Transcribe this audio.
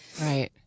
Right